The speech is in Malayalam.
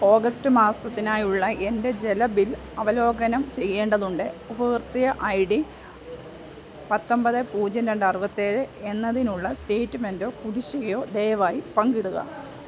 ഓഗസ്റ്റ് മാസത്തിനായുള്ള എൻ്റെ ജല ബിൽ അവലോകനം ചെയ്യേണ്ടതുണ്ട് ഉപഭോക്തൃ ഐ ഡി പത്തൊമ്പത് പൂജ്യം രണ്ട് അറുപത്തേഴ് എന്നതിനുള്ള സ്റ്റേറ്റ്മെൻറോ കുടിശ്ശികയോ ദയവായി പങ്കിടുക